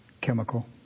chemical